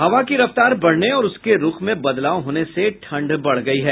हवा की रफ्तार बढ़ने और उसके रूख में बदलाव होने से ठंड बढ़ गयी है